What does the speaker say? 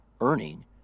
earning